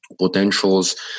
potentials